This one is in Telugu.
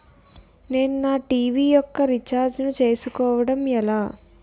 నేను నా టీ.వీ యెక్క రీఛార్జ్ ను చేసుకోవడం ఎలా?